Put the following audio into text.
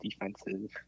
defenses